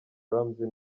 ramsey